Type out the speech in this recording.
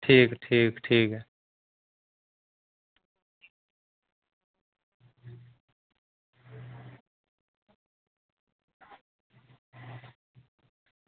ठीक ठीक ठीक